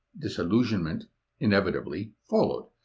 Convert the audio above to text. disillusionment inevitably followed.